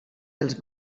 dels